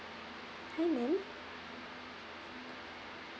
hi ma'am